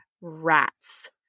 rats